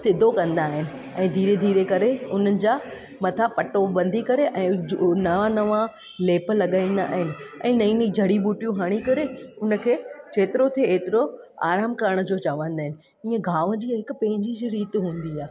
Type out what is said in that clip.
सिधो कंदा आहिनि ऐं धीरे धीरे करे उन्हनि जा मथां पटो ॿधी करे ऐं विच नवां नवां लेप लॻाईंदा आहिनि ऐं नईं नईं झड़ी बूटियूं हणी करे उनखे जेतिरो थिए एतिरो आराम करण जो चवंदा आहिनि अने घाव जी हिकु पंहिंजी च रीति हूंदी आहे